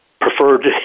preferred